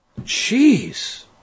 Jeez